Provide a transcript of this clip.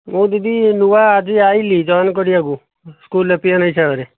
ମୁଁ ଦିଦି ନୂଆ ଆଜି ଆସିଲି ଜୟେନ କରିବାକୁ ସ୍କୁଲ ରେ ପିଅନ ହିସାବରେ